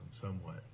somewhat